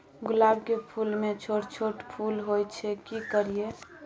गुलाब के फूल में छोट छोट फूल होय छै की करियै?